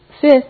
Fifth